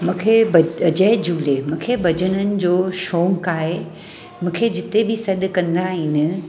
मूंखे भ जय झूले मूंखे भजननि जो शौंक़ु आहे मूंखे जिते बि सॾु कंदा आहिनि